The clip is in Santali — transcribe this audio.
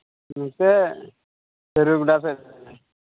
ᱱᱚᱛᱮ ᱥᱟᱹᱨᱩ ᱜᱚᱰᱟ ᱥᱮᱫ ᱨᱮ